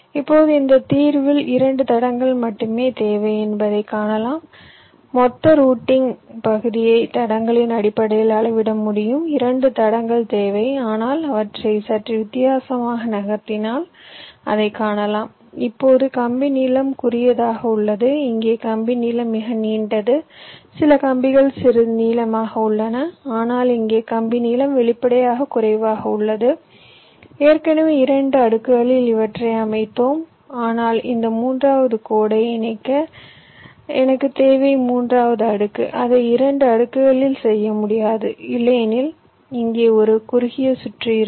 இப்போது இந்த தீர்வில் 2 தடங்கள் மட்டுமே தேவை என்பதை காணலாம் மொத்த ரூட்டிங் பகுதியை தடங்களின் அடிப்படையில் அளவிட முடியும் 2 தடங்கள் தேவை ஆனால் அவற்றை சற்று வித்தியாசமாக நகர்த்தினால் அதை காணலாம் இப்போது கம்பி நீளம் குறுகியதாக உள்ளது இங்கே கம்பி நீளம் மிக நீண்டது சில கம்பிகள் சிறிது நீளமாக உள்ளன ஆனால் இங்கே கம்பி நீளம் வெளிப்படையாக குறைவாக உள்ளது ஏற்கனவே 2 அடுக்குகளில் இவற்றை அமைத்தோம் ஆனால் இந்த மூன்றாவது கோடை இணைக்க எனக்கு தேவை மூன்றாவது அடுக்கு அதை 2 அடுக்குகளில் செய்ய முடியாது இல்லையெனில் இங்கே ஒரு குறுகிய சுற்று இருக்கும்